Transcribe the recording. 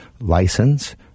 license